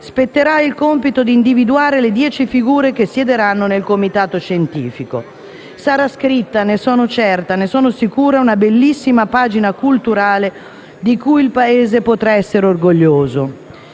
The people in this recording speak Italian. spetterà il compito di individuare le dieci figure che siederanno nel comitato scientifico. Sarà scritta - ne sono sicura - una bellissima pagina culturale di cui il Paese potrà essere orgoglioso.